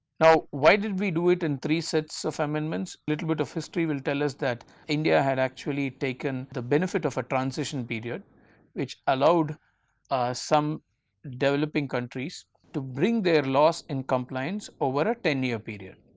now why did we do it in three sets of amendments little bit of history will tell us that india had actually taken the benefit of a transition period which allowed some developing countries to bring their loss in complaint over a ten year period.